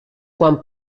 quan